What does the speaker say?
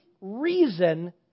reason